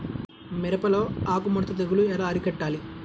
మిరపలో ఆకు ముడత తెగులు ఎలా అరికట్టాలి?